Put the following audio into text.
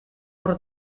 hor